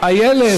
איילת,